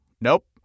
Nope